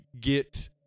get